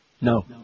No